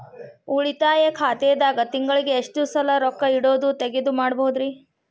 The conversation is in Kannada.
ಉಳಿತಾಯ ಖಾತೆದಾಗ ತಿಂಗಳಿಗೆ ಎಷ್ಟ ಸಲ ರೊಕ್ಕ ಇಡೋದು, ತಗ್ಯೊದು ಮಾಡಬಹುದ್ರಿ?